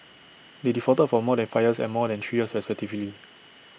they defaulted for more than five years and more than three years respectively